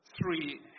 three